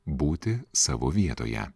būti savo vietoje